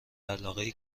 علاقهای